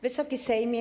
Wysoki Sejmie!